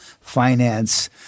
finance